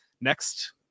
next